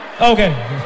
Okay